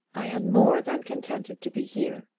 i am more than contented to be here.